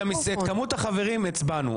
את כמות החברים הצבענו,